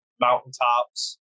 mountaintops